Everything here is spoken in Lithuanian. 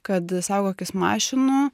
kad saugokis mašinų